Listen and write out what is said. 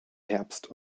herbst